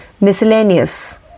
Miscellaneous